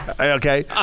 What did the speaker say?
Okay